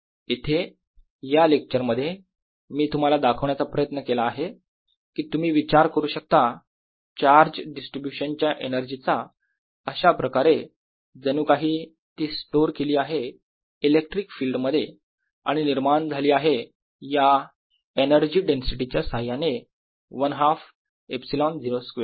इथे या लेक्चर मध्ये मी तुम्हाला दाखवण्याचा प्रयत्न केला आहे कि तुम्ही विचार करू शकता चार्ज डिस्ट्रीब्यूशन च्या एनर्जीचा अशाप्रकारे जणू काही ती स्टोर केली आहे इलेक्ट्रिक फील्ड मध्ये आणि निर्माण झाली आहे या एनर्जी डेन्सिटी च्या साह्याने 1 हाफ ε0स्क्वेअर